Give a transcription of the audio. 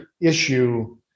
issue